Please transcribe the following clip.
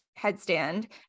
headstand